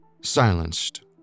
silenced